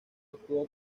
actuó